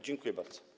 Dziękuję bardzo.